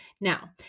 Now